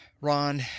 Ron